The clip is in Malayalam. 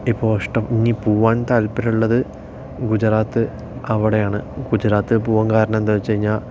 ഇപ്പോൾ ഇഷ്ടം ഇനി പോകാന് താത്പര്യം ഉള്ളത് ഗുജറാത്ത് അവിടെയാണ് ഗുജറാത്ത് പോകാന് കാരണം എന്താണെന്നു വെച്ച് കഴിഞ്ഞാൽ